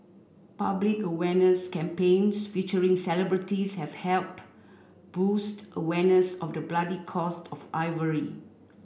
public awareness campaigns featuring celebrities have helped boost awareness of the bloody cost of ivory